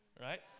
right